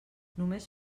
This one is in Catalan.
només